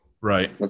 Right